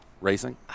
Racing